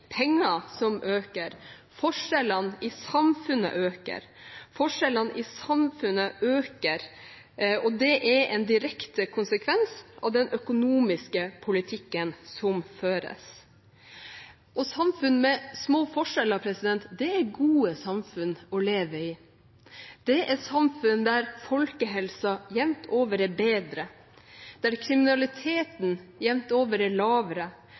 penger, som øker. Forskjellene i samfunnet øker. Forskjellene i samfunnet øker, og det er en direkte konsekvens av den økonomiske politikken som føres. Samfunn med små forskjeller er gode samfunn å leve i, det er samfunn der folkehelsen jevnt over er bedre, der kriminaliteten jevnt over er lavere,